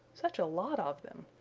such a lot of them!